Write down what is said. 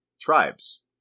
Tribes